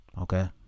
okay